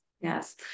Yes